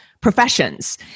professions